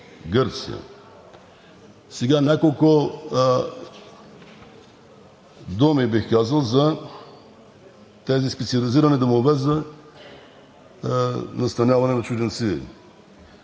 Гърция. Няколко думи бих казал за тези специализирани домове за настаняване на чужденци.